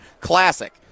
Classic